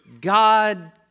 God